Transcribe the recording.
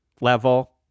level